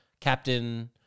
captain